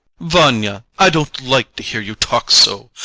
vanya, i don't like to hear you talk so.